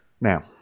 Now